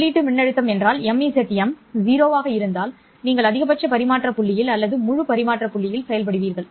உள்ளீட்டு மின்னழுத்தம் என்றால் MZM 0 ஆக இருந்தால் நீங்கள் அதிகபட்ச பரிமாற்ற புள்ளியில் அல்லது முழு பரிமாற்ற புள்ளியில் செயல்படுவீர்கள்